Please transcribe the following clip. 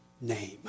name